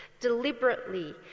deliberately